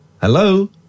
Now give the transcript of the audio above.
Hello